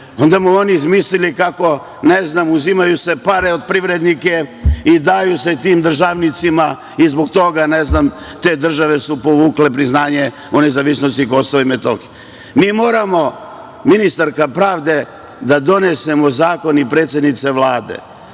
Onda mu oni izmislili kako, ne znam, uzimaju se pare od privrednika i daju se tim državnicima i zbog toga, ne znam, te države su povukle priznanje o nezavisnosti Kosova i Metohije. Mi moramo da donesemo zakon, ministarko pravde i predsednice Vlade.